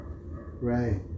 Right